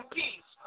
peace